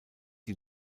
die